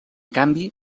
canvi